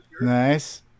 Nice